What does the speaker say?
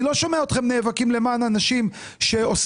אני לא שומע אתכם נאבקים למען אנשים שאוספים